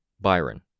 Byron